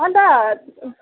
अन्त